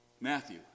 Matthew